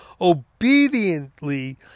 obediently